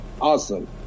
awesome